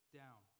down